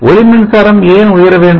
ஒளி மின்சாரம் ஏன் உயர வேண்டும்